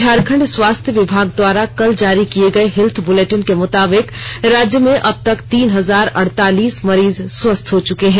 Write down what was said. झारखंड स्वास्थ्य विभाग द्वारा कल जारी किये गये हेत्थ बुलेटिन के मुताबिक राज्य में अब तक तीन हजार अड़तालीस मरीज स्वस्थ हो चुके हैं